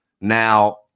now